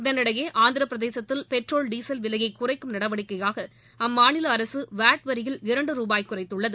இதனிடையே ஆந்திர பிரதேசத்தில் petrol diesel விலையை குறைக்கும் நடவடிக்கையாக அம்மாநில அரசு வாட் வரியில் இரண்டு ரூபாய் குறைத்துள்ளது